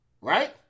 right